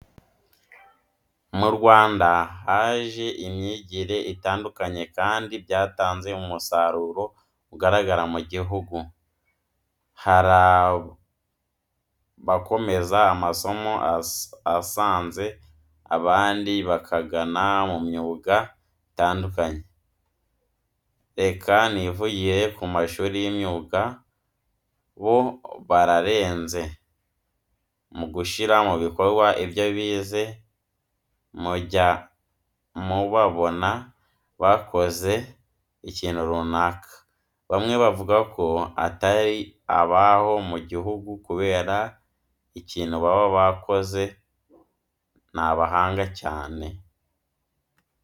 Mu Rwanda haje imyigire itandukanye kandi byatanze umusaruro ugaragara mu gihugu, harabokomeza amasomo asanze abandi bakagana mu myuga itandukanye, reka nivugire ku mashuri y'imyuga bo bararenze m ugushyira mu bikorwa ibyo bize mujya mubabona bakoze ikintu runaka, bamwe bavuga ko atari abaho mu gihugu kubere ikintu baba bakoze n'abahanga cyane.